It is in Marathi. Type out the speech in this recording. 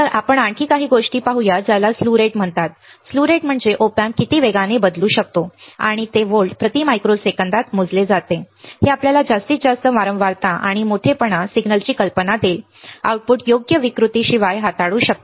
तर आपण आणखी काही गोष्टी पाहूया ज्याला स्लीव रेट म्हणतात स्ल्यू रेट म्हणजे ओपी अँप किती वेगाने बदलू शकतो आणि ते व्होल्ट प्रति मायक्रोसेकंदात मोजले जाते हे आपल्याला जास्तीत जास्त वारंवारता आणि मोठेपणा सिग्नलची कल्पना देईल आउटपुट योग्य विकृतीशिवाय हाताळू शकते